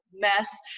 mess